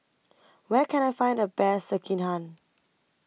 Where Can I Find The Best Sekihan